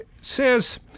says